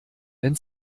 wenn